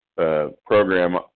Program